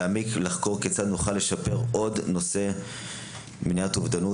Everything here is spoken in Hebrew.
להעמיק ולחקור כיצד נוכל לשפר עוד את נושא מניעת האובדנות.